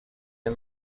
and